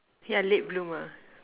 yeah late bloomer